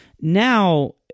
now